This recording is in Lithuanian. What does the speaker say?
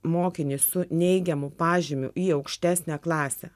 mokinį su neigiamu pažymiu į aukštesnę klasę